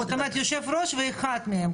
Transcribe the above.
יושב-ראש ואחד מהם.